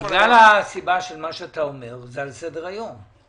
בגלל הסיבה של מה שאתה אומר זה על סדר היום.